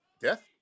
death